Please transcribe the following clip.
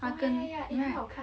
她跟 ya